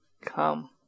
come